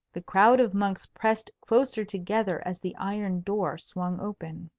the crowd of monks pressed closer together as the iron door swung open.